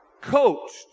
Coached